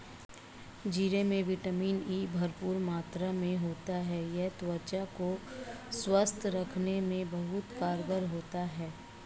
जीरे में vitamin E भरपूर मात्रा में होता है यह त्वचा को स्वस्थ रखने में बहुत कारगर होता है